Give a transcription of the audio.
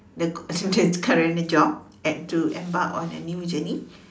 the the the current job and to embark on a new journey